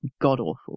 god-awful